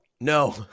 No